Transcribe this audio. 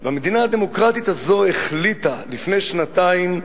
והמדינה הדמוקרטית הזאת החליטה, לפני שנתיים,